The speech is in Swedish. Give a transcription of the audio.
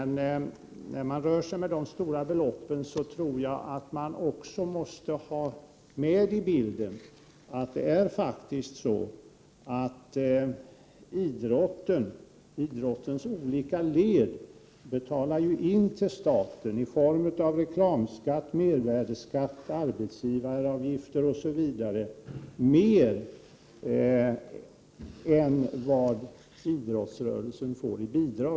När man rör sig med de stora beloppen måste man också ha med i bilden att idrottens olika led betalar in till staten i form av reklamskatt, mervärdeskatt, arbetsgivaravgifter osv. mer än vad idrottsrörelsen får i bidrag.